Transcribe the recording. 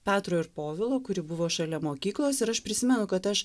petro ir povilo kuri buvo šalia mokyklos ir aš prisimenu kad aš